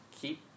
keep